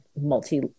multi